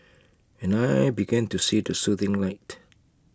and I began to see the soothing light